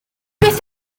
beth